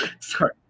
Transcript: Sorry